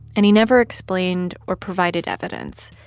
and he never explained or provided evidence.